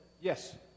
Yes